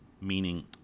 meaning